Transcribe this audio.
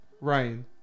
Ryan